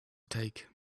take